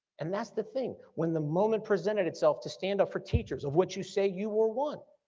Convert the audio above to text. and that's the thing. when the moment presented itself to stand up for teachers of what you say you were one,